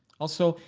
also,